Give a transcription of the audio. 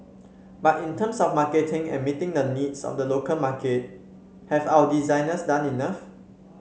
but in terms of marketing and meeting the needs of the local market have our designers done enough